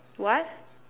what